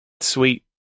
sweet